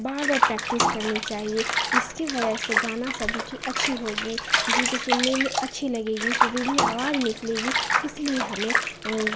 بار بار پریکٹس کرنی چاہیے اس کی وجہ سے گانا سبھی کی اچھی ہوگی کسی کو سننے میں اچھی لگے گی سریلی آواز نکلے گی اس لیے ہمیں